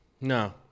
No